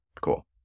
Cool